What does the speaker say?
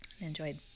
Enjoyed